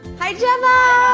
hi gemma.